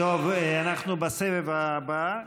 אנחנו בסבב הבא.